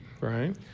Right